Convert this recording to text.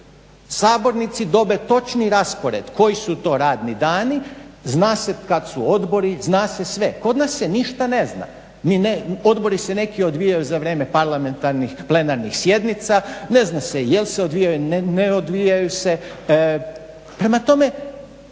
Sabornici dobe točni raspored koji su to radni dani, zna se kad su odbori, zna se sve. Kod nas se ništa ne zna. Odbori se neki odvijaju za vrijeme parlamentarnih plenarnih sjednica, ne zna se jel' se odvijaju, ne odvijaju se. Prema tome,